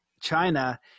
China